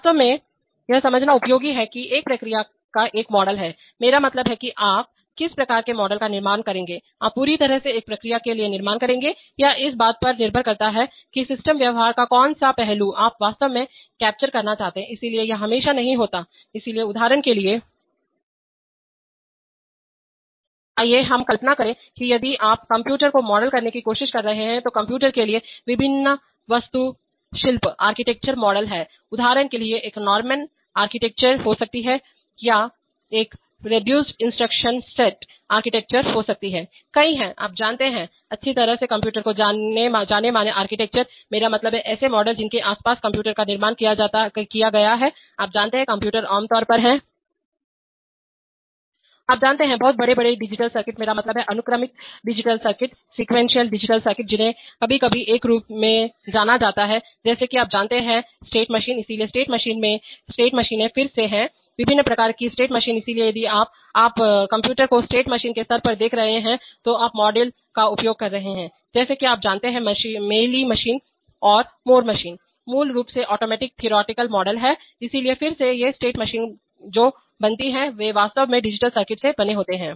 वास्तव में यह समझना उपयोगी है कि एक प्रक्रिया का एक मॉडल है मेरा मतलब है कि आप किस प्रकार के मॉडल का निर्माण करेंगे आप पूरी तरह से एक प्रक्रिया के लिए निर्माण करेंगे यह इस बात पर निर्भर करता है कि सिस्टम व्यवहार का कौन सा पहलू आप वास्तव में कैप्चर करना चाहते हैं इसलिए यह हमेशा नहीं होता है इसलिए उदाहरण के लिए आइए हम कल्पना करें कि यदि आप कंप्यूटर को मॉडल करने की कोशिश कर रहे हैं तो कंप्यूटर के लिए विभिन्न वास्तुशिल्पआर्किटेक्चर मॉडल हैं उदाहरण के लिए एक नॉर्मन वास्तुकला हो सकती है एक रिड्यूस्ड इंस्ट्रक्शन सेट आर्किटेक्चर हो सकती है कई हैं आप जानते हैं अच्छी तरह से कंप्यूटर के जाने माने आर्किटेक्चर मेरा मतलब है ऐसे मॉडल जिनके आसपास कंप्यूटर का निर्माण किया गया है अब आप जानते हैं कंप्यूटर आमतौर पर होते हैं आप जानते हैं बहुत बड़े डिजिटल सर्किट मेरा मतलब है अनुक्रमिक डिजिटल सर्किटसीक्वेंशियल डिजिटल सर्किट जिन्हें कभी कभी एक के रूप में माना जाता है जैसा कि आप जानते हैंस्टेट मशीनें इसलिए स्टेट मशीनें फिर से हैं विभिन्न प्रकार की स्टेट मशीन इसलिए यदि आप जब आप कंप्यूटर को स्टेट मशीन के स्तर पर देख रहे हैं तो आप मॉडल का उपयोग कर रहे हैं जैसे कि आप जानते हैं मेयली मशीन मूर मशीन मूल रूप से ऑटोमेटिक थियोरेटिकल मॉडल हैं इसलिए फिर से ये स्टेट मशीनें जो बनती हैं वे वास्तव में डिजिटल सर्किट से बने होते हैं